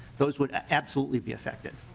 those would absolutely be affected.